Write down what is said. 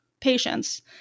patient's